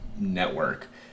network